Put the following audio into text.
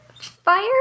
fire